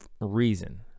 reason